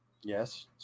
Yes